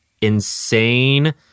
insane